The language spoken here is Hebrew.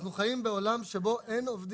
אנחנו חיים בעולם שבו אין עובדים.